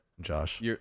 Josh